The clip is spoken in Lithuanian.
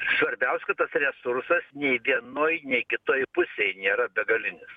svarbiausia kad tas resursas nei vienoj nei kitoj pusėj nėra begalinis